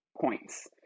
points